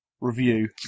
review